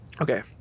Okay